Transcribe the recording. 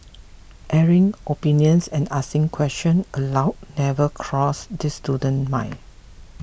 airing opinions and asking question aloud never crossed this student's mind